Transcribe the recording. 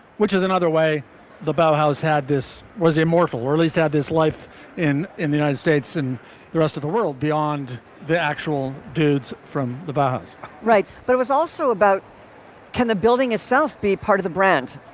which is another way the powerhouse had this was a mortal early's had this life in in the united states and the rest of the world beyond the actual dudes from the bars right. but it was also about can the building itself be part of the brand?